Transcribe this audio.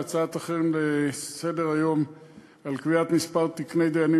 ההצעה לסדר-היום על קביעת מספר תקני דיינים